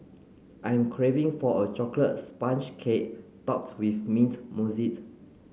I am craving for a chocolate sponge cake topped with mint